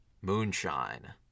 moonshine